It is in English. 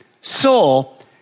soul